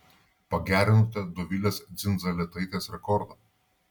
pagerinote dovilės dzindzaletaitės rekordą